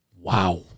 Wow